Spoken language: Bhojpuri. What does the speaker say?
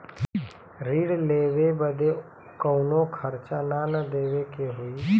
ऋण लेवे बदे कउनो खर्चा ना न देवे के होई?